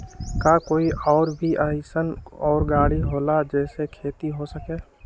का कोई और भी अइसन और गाड़ी होला जे से खेती हो सके?